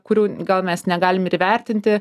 kurių gal mes negalim ir įvertinti